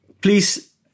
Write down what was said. Please